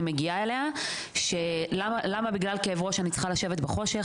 מגיעה אליה למה בגלל כאבי ראש אני צריכה לשבת בחושך,